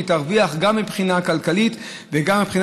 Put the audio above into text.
היא תרוויח גם מבחינה כלכלית וגם מבחינת